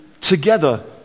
together